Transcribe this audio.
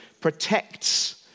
protects